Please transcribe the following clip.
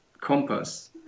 compass